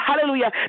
hallelujah